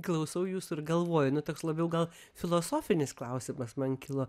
klausau jūsų ir galvoju nu toks labiau gal filosofinis klausimas man kilo